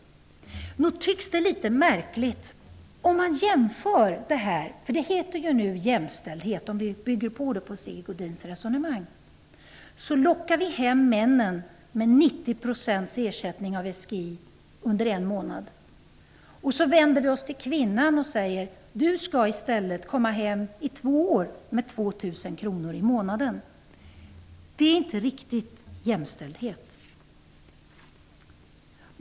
Jag skall bygga vidare på Sigge Godins resonemang om jämställdhet. Jag kan göra en jämförelse. Vi lockar hem männen med 90 % ersättning av SGI under en månad. Sedan vänder vi oss till kvinnorna och säger: Ni skall i stället vara hemma i två år med 2 000 kr i månaden. Det är ingen riktig jämställdhet.